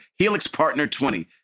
HELIXPARTNER20